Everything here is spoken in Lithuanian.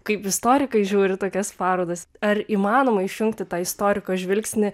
kaip istorikai žiūri į tokias parodas ar įmanoma išjungti tą istoriko žvilgsnį